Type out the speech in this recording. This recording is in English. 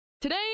today